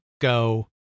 go